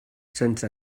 sense